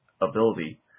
ability